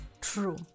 true